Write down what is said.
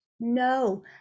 No